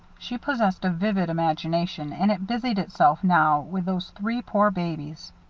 she possessed a vivid imagination and it busied itself now with those three poor babies.